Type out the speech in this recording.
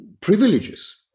privileges